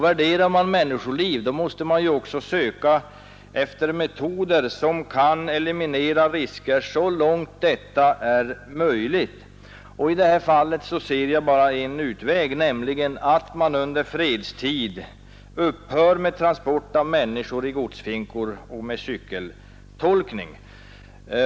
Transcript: Värderar man människoliv, då måste man också söka efter metoder som kan eliminera risker så långt detta är möjligt. I det här fallet ser jag bara en utväg, nämligen att man under fredstid upphör med transporter av människor i godsfinkor och med cykeltolkning.